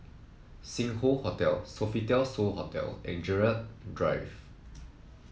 Sing Hoe Hotel Sofitel So Hotel and Gerald Drive